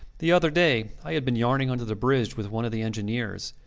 the other day i had been yarning under the bridge with one of the engineers,